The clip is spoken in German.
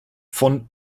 von